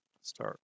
start